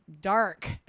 dark